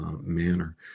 manner